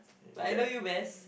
but I know you best